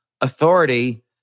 Authority